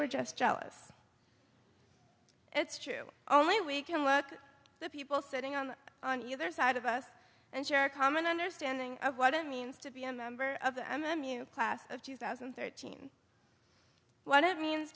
were just jealous it's true only we can work the people sitting on on either side of us and share a common understanding of what it means to be a member of the m m u class of two thousand and thirteen what it means